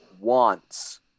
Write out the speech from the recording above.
wants